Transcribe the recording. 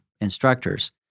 instructors